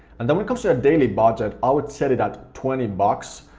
and then we can set our daily budget, i would set it at twenty bucks.